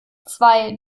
zwei